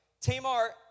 Tamar